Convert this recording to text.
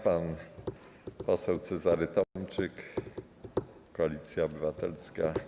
Pan poseł Cezary Tomczyk, Koalicja Obywatelska.